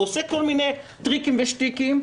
עושה כל מיני טריקים ושטיקים,